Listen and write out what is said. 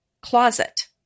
closet